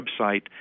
website